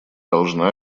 должна